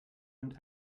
und